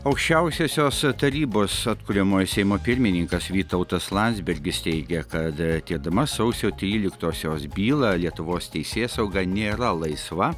aukščiausiosios tarybos atkuriamojo seimo pirmininkas vytautas landsbergis teigia kad tirdama sausio tryliktosios bylą lietuvos teisėsauga nėra laisva